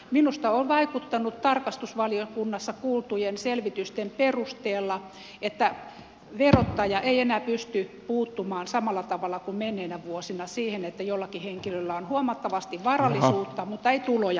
minusta on vaikuttanut tarkastusvaliokunnassa kuultujen selvitysten perusteella että verottaja ei enää pysty puuttumaan samalla tavalla kuin menneinä vuosina siihen että jollakin henkilöllä on huomattavasti varallisuutta mutta ei tuloja vastaavalla tavalla